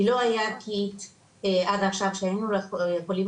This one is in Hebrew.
כי לא היה קיט עד עכשיו שהיינו יכולים